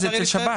זה לשירות